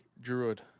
druid